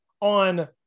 on